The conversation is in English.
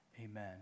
Amen